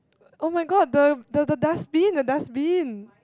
[oh]-my-god the the the dustbin the dustbin